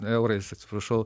eurais atsiprašau